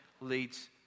leads